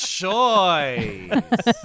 choice